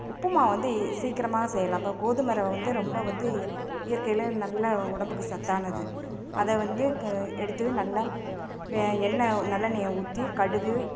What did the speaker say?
உப்புமா வந்து சீக்கிரமாக செய்யலாம் இப்போ கோதுமை ரவை வந்து ரொம்ப வந்து இயற்கையில நல்ல உடம்புக்கு சத்தானது அதை வந்து க எடுத்து நல்லா வெ எண்ணெய் நல்லெண்ணையை ஊற்றி கடுகு